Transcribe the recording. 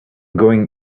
going